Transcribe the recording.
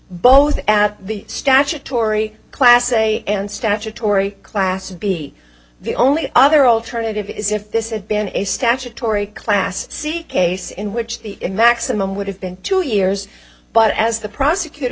both at the statutory class a and statutory class b the only other alternative is if this is been a statutory class see case in which the maximum would have been two years but as the prosecutor